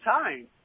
time